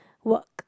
work